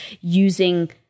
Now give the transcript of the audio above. using